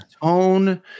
tone